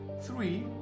Three